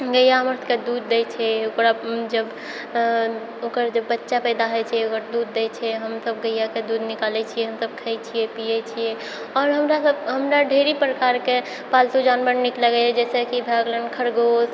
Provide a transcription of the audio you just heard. गैया हमरा सबके दूध दै छै ओकरा जब ओकर जब बच्चा पैदा होइ छै ओकर दूध दै छै हम सब गैयाके दूध निकालै छियै हम सब खाइ छियै पियै छियै आओर हमरा सब हमरा ढ़्रेरी प्रकारके पालतू जानवर नीक लागैए जैसे कि भए गेलै खरगोश